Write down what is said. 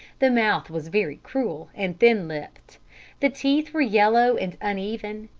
the mouth was very cruel and thin-lipped the teeth were yellow and uneven.